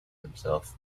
himself